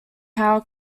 power